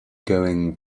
going